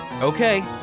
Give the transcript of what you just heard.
Okay